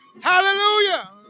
Hallelujah